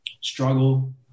struggle